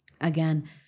again